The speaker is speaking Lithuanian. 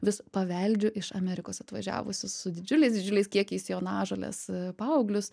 vis paveldžiu iš amerikos atvažiavusi su didžiuliais didžiuliais kiekiais jonažoles paauglius